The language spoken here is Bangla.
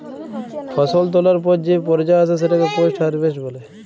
ফসল তোলার পর যে পর্যা আসে সেটাকে পোস্ট হারভেস্ট বলে